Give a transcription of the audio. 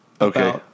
okay